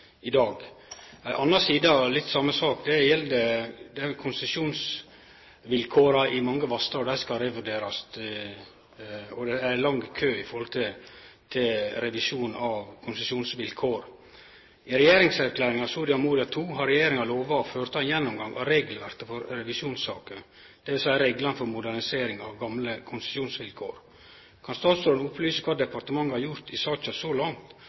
i dag. Ei anna side av litt same sak gjeld konsesjonsvilkåra i mange vassdrag. Dei skal revurderast, og det er lang kø med omsyn til revisjon av konsesjonsvilkåra. I regjeringserklæringa Soria Mora II har regjeringa lova å føretake ein gjennomgang av regelverket for revisjonssaker – det vil seie reglane for modernisering av gamle konsesjonsvilkår. Kan statsråden opplyse om kva departementet har gjort i saka så langt,